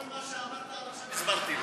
כל מה שאמרת עד עכשיו, הסברתי לו.